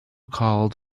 called